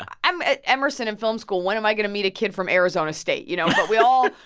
i'm at emerson in film school. when am i going to meet a kid from arizona state? you know, but we all.